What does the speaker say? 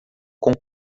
com